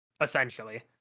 essentially